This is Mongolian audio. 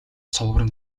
цувран